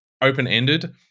open-ended-